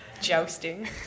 Jousting